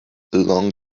along